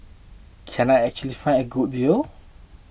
can I actually find a good deal